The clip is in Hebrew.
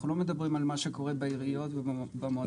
אנחנו לא מדברים על מה שקורה בעיריות ובמועצות.